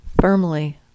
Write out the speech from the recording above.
firmly